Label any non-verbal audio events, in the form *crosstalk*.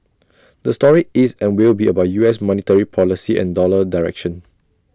*noise* the story is and will be about U S monetary policy and dollar direction